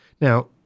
Now